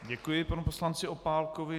Děkuji panu poslanci Opálkovi.